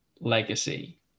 legacy